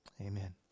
amen